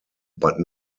but